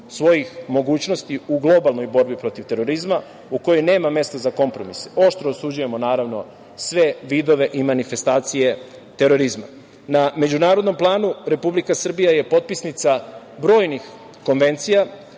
svojih mogućnosti u globalnoj borbi protiv terorizma u kojoj nema mesta za kompromise. Oštro osuđujemo, naravno, sve vidove i manifestacije terorizma. Na međunarodnom planu Republika Srbija je potpisnica brojnih konvencija